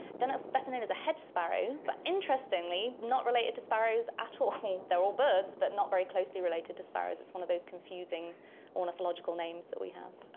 dunnock is better known as a hedge sparrow, but interestingly not related to sparrows at all. they are all birds but not very closely related to sparrows. it's one of those confusing ornithological names that we have.